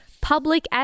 Public